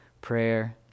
prayer